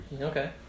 Okay